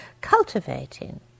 cultivating